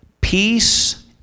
peace